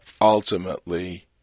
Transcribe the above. ultimately